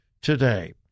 today